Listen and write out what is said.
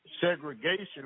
Segregation